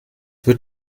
wird